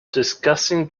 discussing